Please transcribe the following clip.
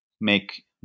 make